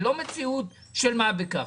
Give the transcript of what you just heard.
היא לא מציאות של מה בכך.